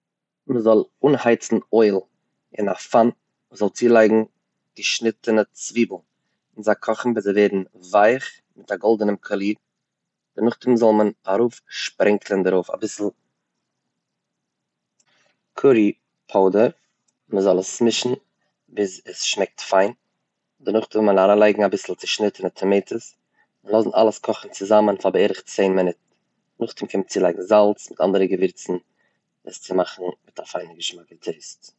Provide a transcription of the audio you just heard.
מ'זאל אנהייצן אויל אין א פאן, מ'זאל צולייגן צושניטענע צוויבל און זיי קאכן ביז זיי ווערן ווייעך מיט א גאלדענעם קאליר, נאכדעם זאל מען ארויפשפרענקלן דערויף אביסל קארי פאודער, מ'זאל עס מישן ביז עס שמעקט פיין, דערנאך זאל מען אריינלייגן אביסל צושניטענע טאמעטאס, לאז עס אלעס קאכן פאר בערך צען מינוט, נאכדעם קען מען צולייגן די זאלץ און אנדערע געווירצן עס צו מאכן האבן א פיינע געשמאקע טעיסט.